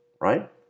right